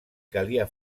calia